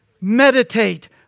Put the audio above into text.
Meditate